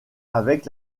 avec